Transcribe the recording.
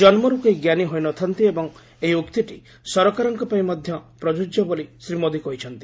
ଜନ୍ମରୁ କେହି ଜ୍ଞାନି ହୋଇ ନ ଥାନ୍ତି ଏବଂ ଏହି ଉକ୍ତିଟି ସରକାରଙ୍କ ପାଇଁ ମଧ୍ୟ ପ୍ରଜ୍ୟଯ୍ୟ ବୋଲି ଶ୍ରୀ ମୋଦି କହିଛନ୍ତି